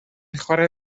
chwarae